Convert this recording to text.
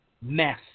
mess